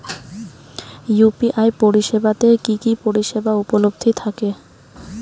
UPI পরিষেবা তে কি কি পরিষেবা উপলব্ধি থাকে?